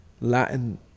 Latin